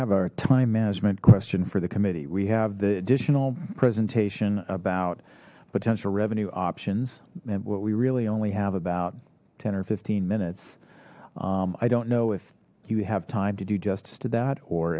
have our time management question for the committee we have the additional presentation about potential revenue options and what we really only have about ten or fifteen minutes i don't know if you have time to do justice to that or